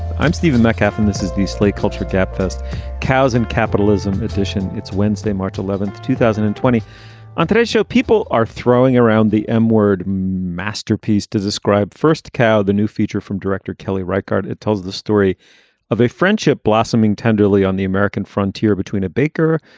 i'm stephen metcalf and this is the slate culture gabfest cows and capitalism edition it's wednesday, march eleventh, two thousand and twenty point on today's show, people are throwing around the n word masterpiece to describe first cow. the new feature from director kelly right guard. it tells the story of a friendship blossoming tenderly on the american frontier between a baker,